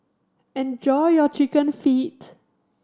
enjoy your Chicken Feet